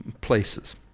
places